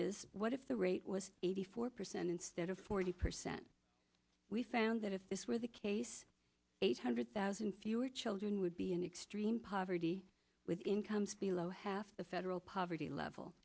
is what if the rate was eighty four percent instead of forty percent we found that if this were the case eight hundred thousand fewer children would be in extreme poverty with incomes below half the federal poverty level